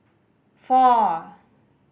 four